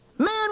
Man